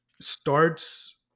starts